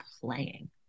playing